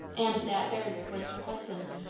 and that barrier was her husband.